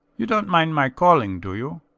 you dont mind my calling, do you?